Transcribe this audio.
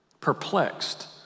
Perplexed